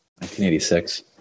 1986